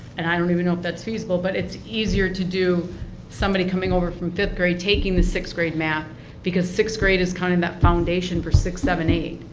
and i don't even know if that's feasible, but it's easier to do somebody coming over for fifth-grade taking the sixth-grade math because sixth-grade is kind of that foundation for six, seven,